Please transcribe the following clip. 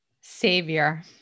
Savior